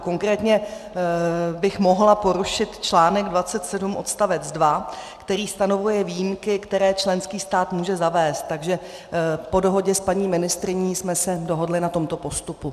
Konkrétně bych mohla porušit článek 27 odst. 2, který stanoví výjimky, které členský stát může zavést, takže po dohodě s paní ministryní jsme se dohodly na tomto postupu.